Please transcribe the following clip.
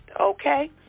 okay